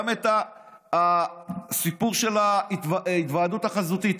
גם הסיפור של ההיוועדות החזותית,